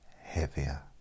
heavier